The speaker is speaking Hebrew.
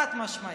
חד-משמעית.